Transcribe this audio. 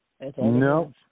No